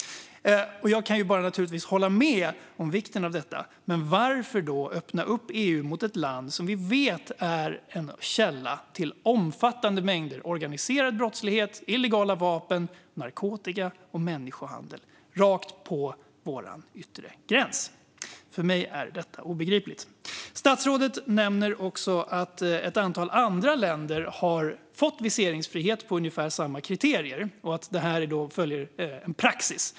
Jag kan naturligtvis bara hålla med om vikten av detta - men varför då öppna upp EU mot ett land som vi vet är en källa till omfattande mängder organiserad brottslighet, illegala vapen, narkotika och människohandel direkt vid vår yttre gräns? För mig är det obegripligt. Statsrådet nämner också att ett antal andra länder har fått viseringsfrihet på ungefär samma kriterier och att detta följer praxis.